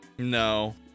no